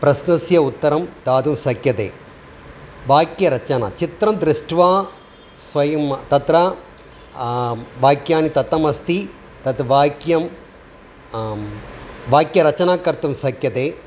प्रश्नस्य उत्तरं दातुं शक्यते वाक्यरचना चित्रं दृष्ट्वा स्वयं तत्र वाक्यानि दत्तमस्ति तत् वाक्यं वाक्यरचनाकर्तुं शक्यते